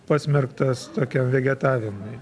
pasmerktas tokiam vegetavimui